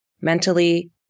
mentally